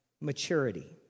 maturity